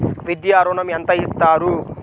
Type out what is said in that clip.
విద్యా ఋణం ఎంత ఇస్తారు?